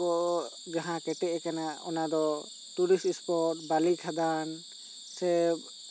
ᱠᱚ ᱡᱟᱦᱟᱸ ᱠᱮᱴᱮᱡ ᱟᱠᱟᱱᱟ ᱚᱱᱟ ᱫᱚ ᱴᱩᱨᱤᱥ ᱥᱯᱚᱴ ᱵᱟᱞᱤ ᱠᱷᱟᱫᱟᱱ ᱥᱮ